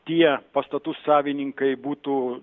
tie pastatų savininkai būtų